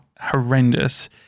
horrendous